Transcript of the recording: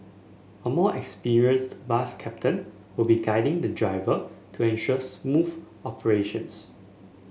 a more experienced bus captain will be guiding the driver to ensure smooth operations